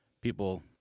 people